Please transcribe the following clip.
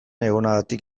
egonagatik